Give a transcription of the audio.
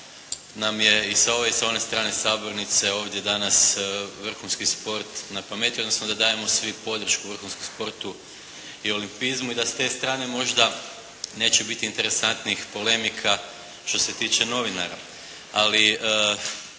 nam je i sa ove i sa one strane sabornice ovdje danas vrhunski sport na pameti, odnosno da dajemo svi podršku vrhunskom sportu i olimpijzmu i da s te strane možda neće biti interesantnih polemika što se tiče novinara. Ali